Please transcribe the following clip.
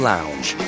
Lounge